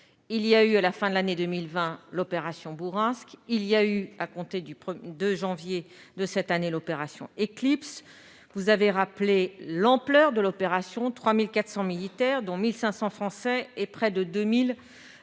Il y a eu, à la fin de l'année 2020, l'opération Bourrasque. Il y a eu, à compter du 2 janvier de cette année, l'opération Éclipse, dont vous avez rappelé l'ampleur : elle a mobilisé 3 400 militaires, dont 1 500 Français et près de 2 000